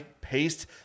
paced